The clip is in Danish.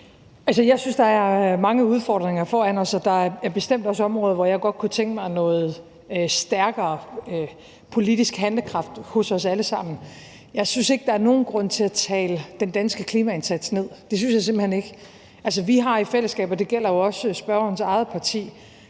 Jeg synes, der er mange udfordringer foran os, og at der bestemt også er områder, hvor jeg godt kunne tænke mig noget stærkere politisk handlekraft hos os alle sammen. Jeg synes ikke, der er nogen grund til at tale den danske klimaindsats ned. Det synes jeg simpelt hen ikke. Vi har i fællesskab – og det gælder jo også spørgerens eget parti